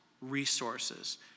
resources